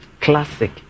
classic